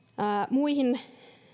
muihin